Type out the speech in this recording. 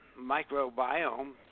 microbiome